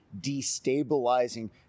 destabilizing